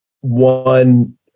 one